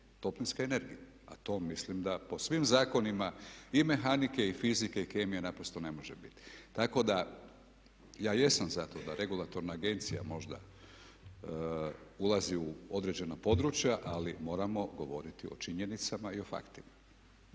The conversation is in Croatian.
toplinske energije a to mislim da po svim zakonima i mehanike i fizike i kemije naprosto ne može biti. Tako da ja jesam za to da regulatorna agencija možda ulazi u određena područja ali moramo govoriti o činjenicama i o faktima.